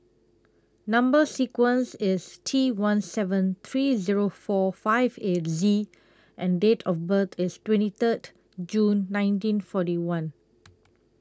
Number sequence IS T one seven three Zero four five eight Z and Date of birth IS twenty Third June nineteen forty one